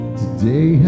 today